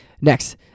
next